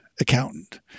accountant